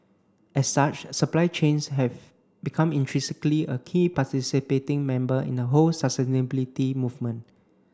as such supply chains have become intrinsically a key participating member in the whole sustainability movement